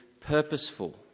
purposeful